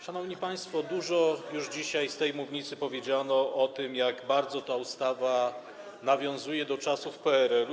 Szanowni państwo, dużo już dzisiaj z tej mównicy powiedziano o tym, jak bardzo ta ustawa nawiązuje do czasów PRL-u.